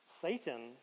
Satan